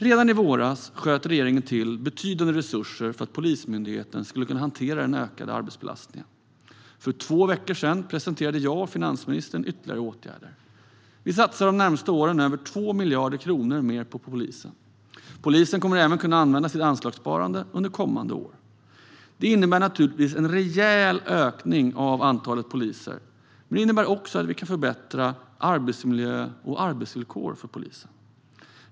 Redan i våras sköt regeringen till betydande resurser för att Polismyndigheten skulle kunna hantera den ökade arbetsbelastningen. För två veckor sedan presenterade jag och finansministern ytterligare åtgärder. Vi satsar under de närmaste åren över 2 miljarder kronor mer på polisen. Polisen kommer även att kunna använda sitt anslagssparande under kommande år. Det innebär naturligtvis en rejäl ökning av antalet poliser, men det innebär också att vi kan förbättra arbetsmiljö och arbetsvillkor för polisen.